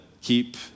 keep